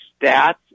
stats